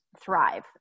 thrive